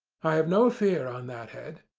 i have no fear on that head.